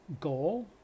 goal